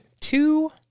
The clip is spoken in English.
two